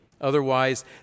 otherwise